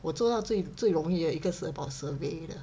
我做到最最容易的有一个是 about survey 的